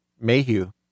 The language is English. Mayhew